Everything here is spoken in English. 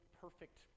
perfect